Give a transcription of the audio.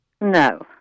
No